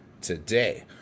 today